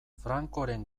francoren